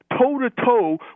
toe-to-toe